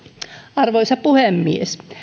arvoisa puhemies